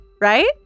Right